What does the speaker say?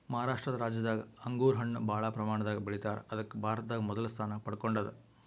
ಮಹಾರಾಷ್ಟ ರಾಜ್ಯದಾಗ್ ಅಂಗೂರ್ ಹಣ್ಣ್ ಭಾಳ್ ಪ್ರಮಾಣದಾಗ್ ಬೆಳಿತಾರ್ ಅದಕ್ಕ್ ಭಾರತದಾಗ್ ಮೊದಲ್ ಸ್ಥಾನ ಪಡ್ಕೊಂಡದ್